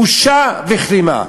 בושה וכלימה.